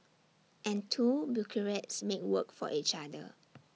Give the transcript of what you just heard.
and two bureaucrats make work for each other